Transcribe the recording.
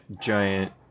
Giant